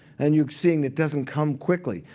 and you're seeing it doesn't come quickly.